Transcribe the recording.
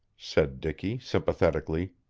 said dicky sympathetically.